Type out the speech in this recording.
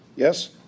Yes